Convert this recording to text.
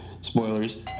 Spoilers